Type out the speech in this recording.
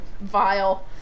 Vile